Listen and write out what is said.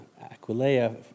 Aquileia